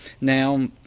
now